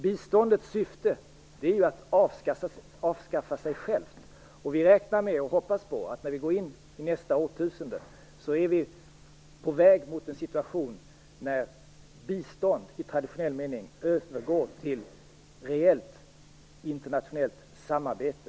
Biståndets syfte är att avskaffa sig självt. Vi räknar med - och hoppas på - att vi, när vi går in i nästa årtusende, är på väg mot en situation där bistånd i traditionell mening övergår i reellt internationellt samarbete.